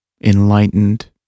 enlightened